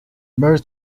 married